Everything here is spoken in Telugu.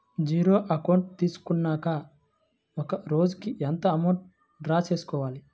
జీరో అకౌంట్ తీసుకున్నాక ఒక రోజుకి ఎంత అమౌంట్ డ్రా చేసుకోవాలి?